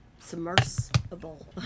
Submersible